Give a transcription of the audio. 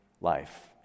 life